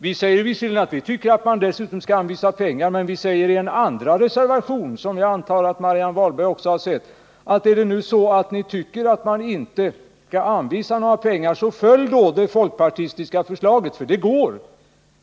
Vi tycker visserligen att man dessutom skall anvisa pengar, men vi har även en andra reservation, som jag antar Marianne Wahlberg också har sett. Om ni tycker att man inte skall anvisa några pengar så följ då det folkpartistiska förslaget, det går.